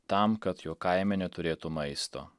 tam kad jo kaimenė turėtų maisto